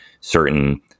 certain